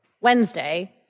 Wednesday